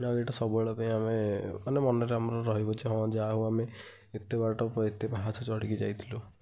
ଆଉ ଏଟା ସବୁବେଳେ ପାଇଁ ଆମେ ମାନେ ମନରେ ଆମର ରହିବ ଯେ ହଁ ଯାହାହେଉ ଆମେ ଏତେ ବାଟ ଏତେ ପାହାଚ ଚଢ଼ିକି ଯାଇଥିଲୁ